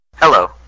Hello